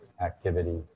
activity